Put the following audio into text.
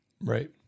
Right